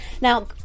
now